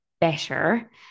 better